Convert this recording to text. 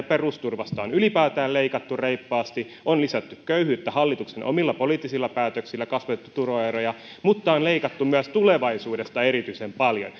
perusturvasta on ylipäätään leikattu reippaasti on lisätty köyhyyttä hallituksen omilla poliittisilla päätöksillä kasvatettu tuloeroja mutta on leikattu myös tulevaisuudesta erityisen paljon